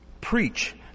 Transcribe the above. preach